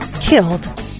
killed